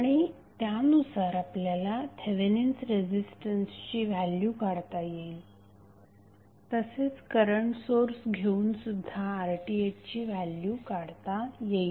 आणि त्यानुसार आपल्याला थेवेनिन्स रेझिस्टन्सची व्हॅल्यु काढता येईल तसेच करंट सोर्स घेऊनसुद्धा RThची व्हॅल्यु काढता येईल